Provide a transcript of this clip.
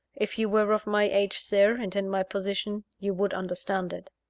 if you were of my age, sir, and in my position, you would understand it.